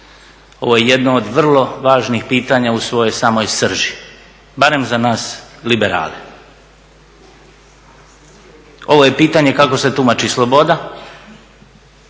Ovo je jedno od vrlo važnih pitanja u svojoj samoj srži, barem za nas liberale. Ovo je pitanje kako se tumači sloboda,